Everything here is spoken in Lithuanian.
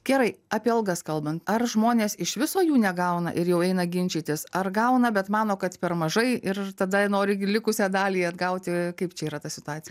gerai apie algas kalbant ar žmonės iš viso jų negauna ir jau eina ginčytis ar gauna bet mano kad per mažai ir tada nori likusią dalį atgauti kaip čia yra ta situacija